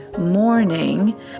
morning